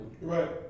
Right